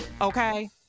Okay